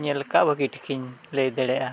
ᱧᱮᱞ ᱠᱟᱜᱼᱟ ᱵᱷᱟᱹᱜᱤ ᱴᱷᱤᱠᱤᱧ ᱞᱟᱹᱭ ᱫᱟᱲᱮᱭᱟᱜᱼᱟ